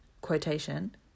quotation